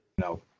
No